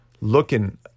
looking